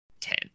ten